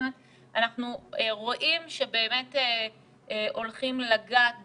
זאת אומרת אנחנו רואים שבאמת הולכים לגעת בפינצטה,